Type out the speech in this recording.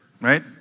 Right